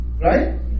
right